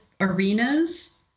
arenas –